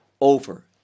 over